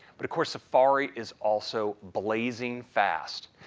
but of course safari is also blazing fast.